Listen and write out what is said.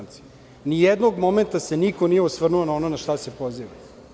Ni jednog momenta se niko nije osvrnuo na ono na šta se pozivate.